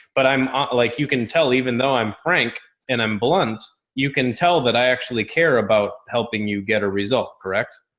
but i'm ah like you can tell even though i'm frank and i'm blunt, you can tell that i actually care about helping you get a result. correct.